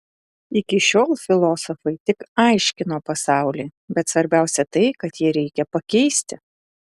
iki šiol filosofai tik aiškino pasaulį bet svarbiausia tai kad jį reikia pakeisti